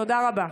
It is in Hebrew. תודה רבה.